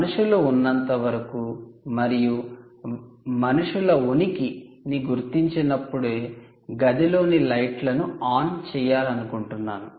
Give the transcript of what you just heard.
మనుషులు ఉన్నంత వరకు మరియు మనుషుల ఉనికి ని గుర్తించినప్పుడే గదిలోని లైట్లను ఆన్ చేయాలనుకుంటున్నాను